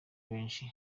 benshi